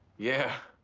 yeah.